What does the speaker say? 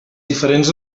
diferents